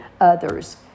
others